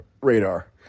radar